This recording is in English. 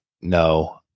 no